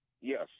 Yes